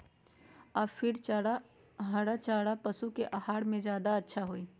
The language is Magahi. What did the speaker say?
या फिर हरा चारा पशु के आहार में ज्यादा अच्छा होई?